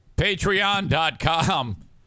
Patreon.com